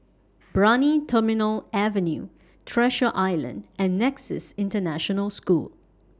Brani Terminal Avenue Treasure Island and Nexus International School